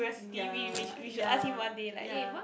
ya ya ya